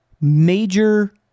major